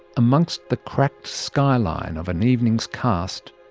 amongst the cracked skyline of an evening's cast,